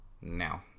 now